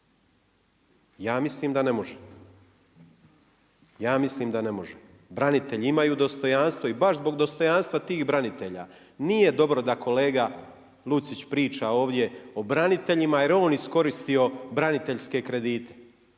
pravima i novcem? Ja mislim da ne može. Branitelji imaju dostojanstvo i beš zbog dostojanstva tih branitelja nije dobro da kolega Lucić priča ovdje o braniteljima jer je on iskoristio braniteljske kredite